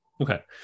Okay